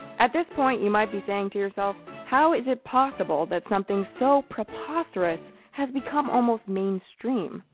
at this point you might be saying to yourself, how is it possible that something so preposterous has become almost mainstream?